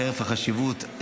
חרף החשיבות,